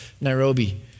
Nairobi